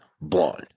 blonde